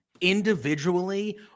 individually